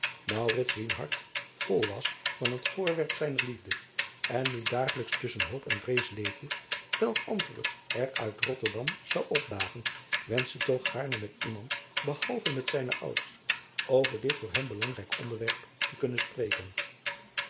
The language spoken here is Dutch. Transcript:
wiens hart vol was van het voorwerp zijner liefde en nu dagelijks tusschen hoop en vrees leefde welk antwoord er uit otterdam zou opdagen wenschte toch gaarne met iemand behalve met zijne ouders over dit voor hem belangrijk onderwerp te kunnen spreken